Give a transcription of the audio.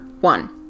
one